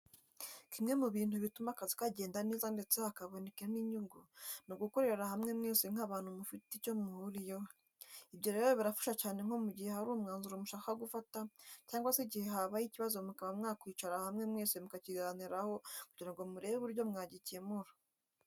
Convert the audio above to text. Kimwe mu bintu bituma akazi kagenda neza ndetse hakaboneka n’inyungu, ni ugukorera hamwe mwese nk’abantu mufite icyo muhuriyeho. Ibyo rero birafasha cyane nko mu gihe hari umwanzuro mushaka gufata cyangwa se igihe habaye ikibazo mukaba mwakwicara hamwe mwese mukakiganiraho kugira ngo murebe uburyo mwagikemura.